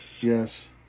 Yes